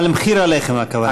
על מחיר הלחם, הכוונה.